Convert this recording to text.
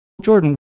Jordan